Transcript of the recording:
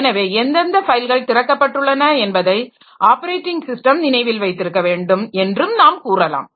எனவே எந்தெந்த ஃபைல்கள் திறக்கப்பட்டுள்ளன என்பதை ஆப்பரேட்டிங் ஸிஸ்டம் நினைவில் வைத்திருக்க வேண்டும் என்றும் நாம் கூறலாம்